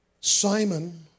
Simon